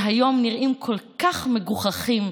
שהיום נראים כל כך מגוחכים,